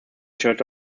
church